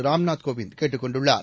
ராம்நாத் கோவிந்த் கேட்டுக் கொண்டுள்ளார்